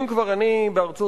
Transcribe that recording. אם כבר אני בארצות-הברית